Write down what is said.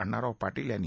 अण्णाराव पाटील यांनी